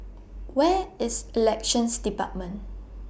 Where IS Elections department